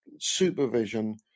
supervision